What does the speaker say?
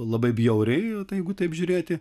labai bjauriai jeigu taip žiūrėti